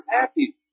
happy